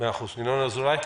ח"כ ינון אזולאי,